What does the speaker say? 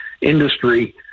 industry